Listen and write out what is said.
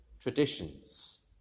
traditions